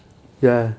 ya